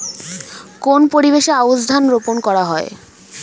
কোন পরিবেশে আউশ ধান রোপন করা হয়?